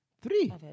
Three